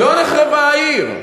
לא נחרבה העיר.